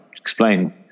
explain